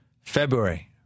February